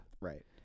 Right